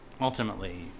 ultimately